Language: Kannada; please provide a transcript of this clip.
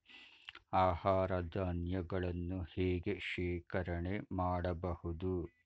ಆಹಾರ ಧಾನ್ಯಗಳನ್ನು ಹೇಗೆ ಶೇಖರಣೆ ಮಾಡಬಹುದು?